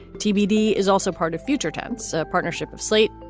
tbd is also part of future tense partnership of slate,